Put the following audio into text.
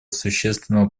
существенного